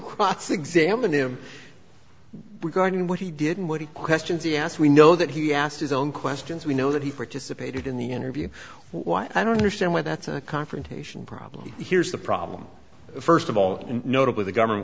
cross examine him regarding what he did and what he questions he asked we know that he asked his own questions we know that he participated in the interview why i don't understand why that's a confrontation problem here's the problem first of all notably the government